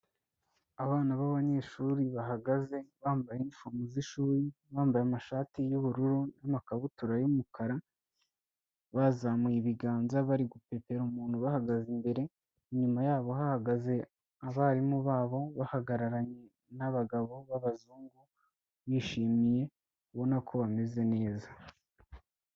Abana b'abanyeshuri bahagaze bambaye inifomo zishuri, bambaye amashati y'ubururu n'amakabutura y'umukara, bazamuye ibiganza bari gupepera umuntu ubahagaze imbere, inyuma yabo hahagaze abarimu babo bahagararanye n'abagabo b'abazungu, bishimye ubona ko bameze neza.